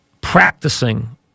practicing